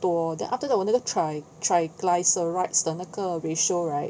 多 then after that 我那个 tri~ triglycerides 的那个 ratio right